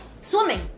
Swimming